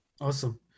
Awesome